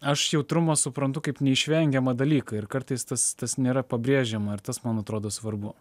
aš jautrumą suprantu kaip neišvengiamą dalyką ir kartais tas tas nėra pabrėžiama ir tas man atrodo svarbu